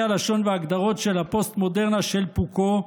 הלשון וההגדרות של הפוסט-מודרנה של פוקו,